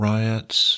Riots